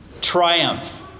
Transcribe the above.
Triumph